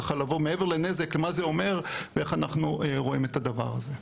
מעבר לנזק מה זה אומר ואיך אנחנו רואים את הדבר הזה.